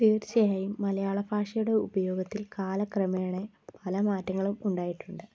തീർച്ചയായും മലയാള ഭാഷയുടെ ഉപയോഗത്തിൽ കാലക്രമേണ പല മാറ്റങ്ങളും ഉണ്ടായിട്ടുണ്ട്